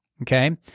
Okay